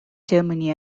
germany